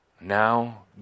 now